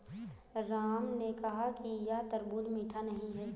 राम ने कहा कि यह तरबूज़ मीठा नहीं है